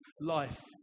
life